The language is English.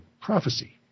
prophecy